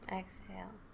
exhale